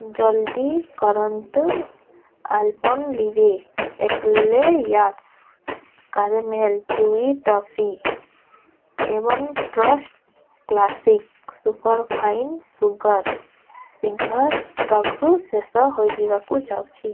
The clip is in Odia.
ଜଲ୍ଦି କରନ୍ତୁ Alpenliebe eclairs caramel chewy toffee ଏବଂ ଟ୍ରଷ୍ଟ୍ କ୍ଲାସିକ୍ ସୁପର୍ଫାଇନ୍ ସୁଗାର୍ ଶୀଘ୍ର ଷ୍ଟକ୍ରୁ ଶେଷ ହେଇଯିବାକୁ ଯାଉଛି